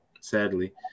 sadly